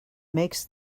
makes